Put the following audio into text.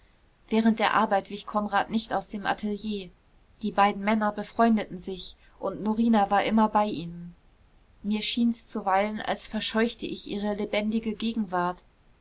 während der arbeit wich konrad nicht aus dem atelier die beiden männer befreundeten sich und norina war immer bei ihnen mir schien's zuweilen als verscheuchte ich ihre lebendige gegenwart